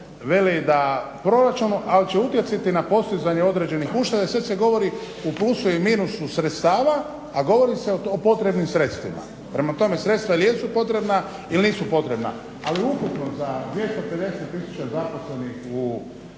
veli: "Proračunu, al će utjecati na postizanje određenih ušteda. Sve se govori u plusu i minusu sredstava", a govori se o potrebnim sredstvima. …/Govornik nije uključen…/ Prema tome sredstva jesu potrebna ili nisu potrebana al…/ Govornik